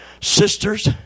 sisters